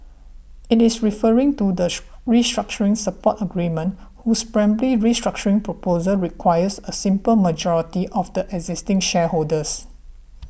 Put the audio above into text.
it is referring to the restructuring support agreement whose primary restructuring proposal requires a simple majority of the existing shareholders